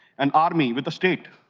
an army with a state.